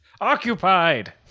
Occupied